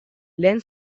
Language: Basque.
lehen